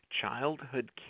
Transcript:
Childhood